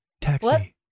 taxi